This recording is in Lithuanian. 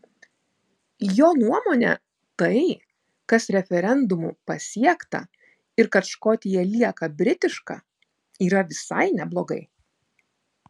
jo nuomone tai kas referendumu pasiekta ir kad škotija lieka britiška yra visai neblogai